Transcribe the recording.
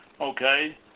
Okay